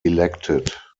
elected